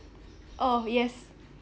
oh yes